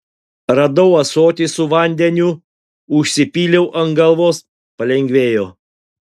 radau ąsotį su vandeniu užsipyliau ant galvos palengvėjo